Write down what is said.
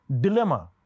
dilemma